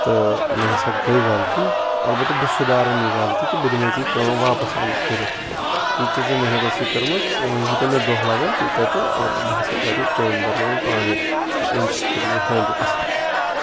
تہٕ مےٚ ہَسا گے غَلطی اَلبَتہ بہٕ سُدارَن یہِ غَلطی کہ بہٕ دِمے ژے یہِ کٲم واپَس کٔرِتھ ییتیاہ ژےٚ محنَت ٲسی کٔرمٕژ وۄنۍ ییتیاہ مےٚ دوہہ لَگَن تیتیاہ تہٕ بہٕ ہَسا کَرٕ یہِ چانہِ بَدلہٕ وۄنۍ پانَےتہٕ امہِ سۭتۍ کٔر مےٚ یہِ ہینٛڈل اَصل پٲٹھۍ